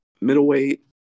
middleweight